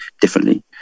differently